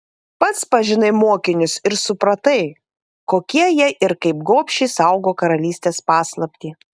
pats pažinai mokinius ir supratai kokie jie ir kaip gobšiai saugo karalystės paslaptį